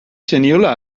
zeniola